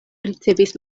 ricevis